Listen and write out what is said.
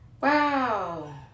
Wow